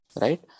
Right